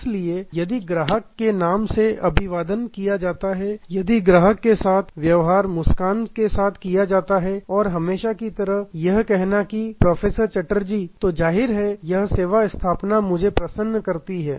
इसलिए यदि ग्राहक को नाम से अभिवादन किया जाता है यदि ग्राहक साथ व्यवहार मुस्कान के किया जाता है और हमेशा की तरह यह कहना की प्रोफेसर चटर्जी तो जाहिर है यह सेवा स्थापना मुझे प्रसन्न करती है